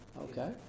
Okay